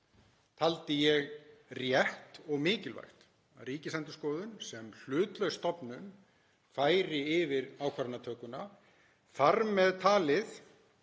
taldi ég rétt og mikilvægt að Ríkisendurskoðun, sem hlutlaus stofnun, færi yfir ákvarðanatökuna, þar með talið